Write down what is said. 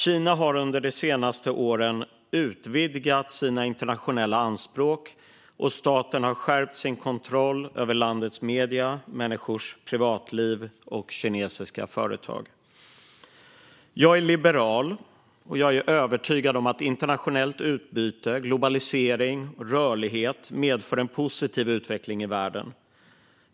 Kina har under de senaste åren utvidgat sina internationella anspråk, och staten har skärpt sin kontroll över landets medier, människors privatliv och kinesiska företag. Jag är liberal, och jag är övertygad om att internationellt utbyte, globalisering och rörlighet medför en positiv utveckling i världen.